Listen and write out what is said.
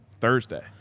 Thursday